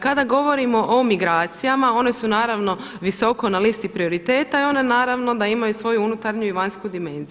Kada govorimo o migracijama one su naravno visoko na listi prioriteta i one naravno da imaju svoju unutarnju i vanjsku dimenziju.